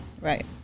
Right